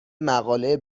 مقاله